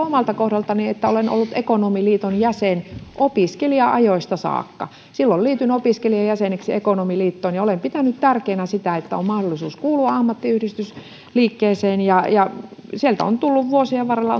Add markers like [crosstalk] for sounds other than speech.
[unintelligible] omalta kohdaltani että olen ollut ekonomiliiton jäsen opiskelija ajoista saakka silloin liityin opiskelijajäseneksi ekonomiliittoon ja olen pitänyt tärkeänä sitä että on mahdollisuus kuulua ammattiyhdistysliikkeeseen sieltä on tullut vuosien varrella [unintelligible]